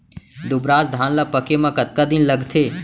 दुबराज धान ला पके मा कतका दिन लगथे?